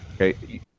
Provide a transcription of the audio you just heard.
Okay